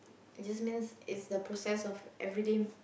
it's just means it's the process of everyday